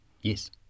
Yes